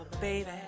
baby